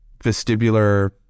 vestibular